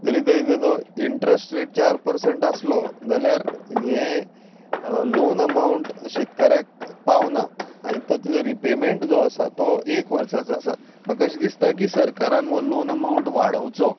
जरी तरी ताजो इन्ट्रस्ट रेट चार पर्संट आसलो जाल्यार हें लोन अमाउंट अशें करेक्ट पावन आनी तो रिपॅमेंट जो आसा तो एक वर्साचो आसा म्हाका अशें दिसता की सरकारान हो लोन अमाउंट वाडोवचो